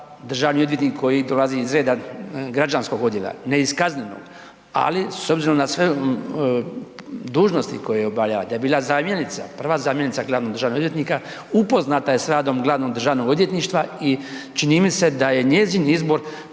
državni odvjetnik koji dolazi iz reda građanskog odjela, ne iz kaznenog, ali s obzirom na sve dužnosti koje je obavljala, da je bila prva zamjenica glavnog državnog odvjetnika upoznata je s radom glavnog državnog odvjetništva i čini mi se da je njezin izbor